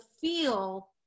feel